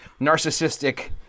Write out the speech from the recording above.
narcissistic